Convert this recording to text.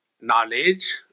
knowledge